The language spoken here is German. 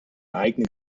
eigene